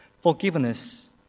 Forgiveness